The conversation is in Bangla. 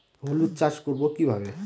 হলুদ চাষ করব কিভাবে?